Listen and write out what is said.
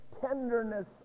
Tenderness